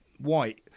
white